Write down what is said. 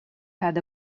had